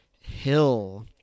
Hill